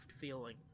feeling